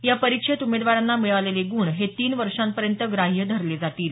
या परीक्षेत उमेदवारांना मिळालेले गुण हे तीन वर्षापर्यंत ग्राह्य धरले जातील